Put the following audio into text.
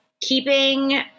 keeping